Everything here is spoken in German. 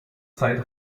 zeit